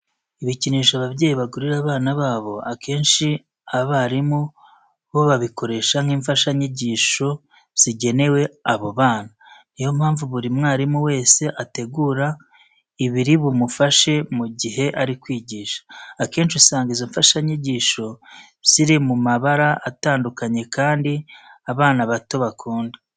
Ibikinisho ababyeyi bagurira abana babo akenshi abarimu bo babikoresha nk'imfashanyigisho zigenewe abo bana. Ni yo mpamvu buri mwarimu wese ategura ibiri bumufashe mu gihe ari kwigisha. Akenshi usanga izo mfashanyigisho ziri mu mabara atandukanye kandi abana bato bakunda.